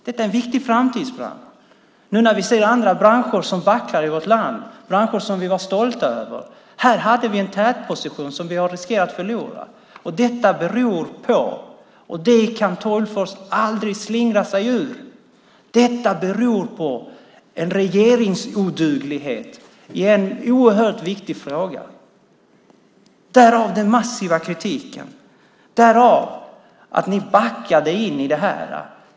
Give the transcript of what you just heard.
Det är en viktig framtidsbransch nu när vi ser andra branscher som backar i vårt land, branscher som vi var stolta över. Här har vi haft en tätposition som vi riskerar att förlora. Detta beror på - och det kan Tolgfors aldrig slingra sig ur - en regeringsoduglighet i en oerhört viktig fråga. Därav den massiva kritiken. Ni backade in i det här.